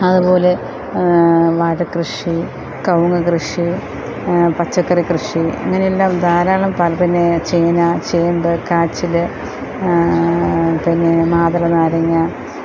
അതുപോലെ വാഴകൃഷി കവുങ്ങ് കൃഷി പച്ചക്കറി കൃഷി അങ്ങനെയെല്ലാം ധാരാളം പിന്നെ ചേന ചേമ്പ് കാച്ചിൽ തെങ്ങ് മാതളനാരങ്ങ